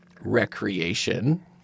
recreation